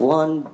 one